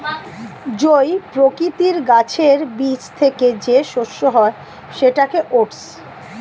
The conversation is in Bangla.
জই প্রকৃতির গাছের বীজ থেকে যে শস্য হয় সেটাকে ওটস